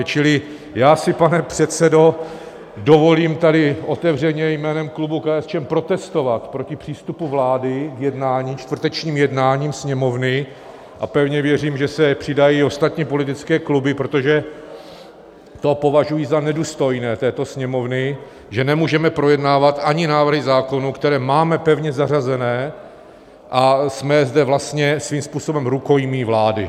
Čili já si, pane předsedo, dovolím tady otevřeně jménem klubu KSČM protestovat proti přístupu vlády k čtvrtečním jednáním Sněmovny a pevně věřím, že se přidají i ostatní politické kluby, protože to považuji za nedůstojné této Sněmovny, že nemůžeme projednávat ani návrhy zákonů, které máme pevně zařazené, a jsme zde vlastně svým způsobem rukojmí vlády.